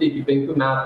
iki penkių metų